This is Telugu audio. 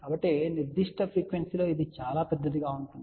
కాబట్టి నిర్దిష్ట ఫ్రీక్వెన్సీ లో ఇది చాలా పెద్దదిగా ఉంటుంది